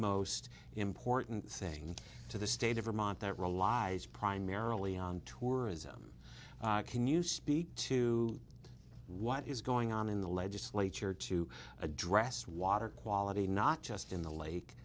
most important thing to the state of vermont that relies primarily on tourism can you speak to what is going on in the legislature to address water quality not just in the lake